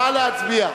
נא להצביע.